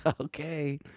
Okay